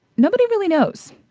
nobody really knows.